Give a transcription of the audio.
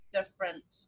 different